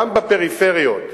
גם בפריפריות.